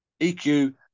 EQ